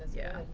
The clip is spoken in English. yeah,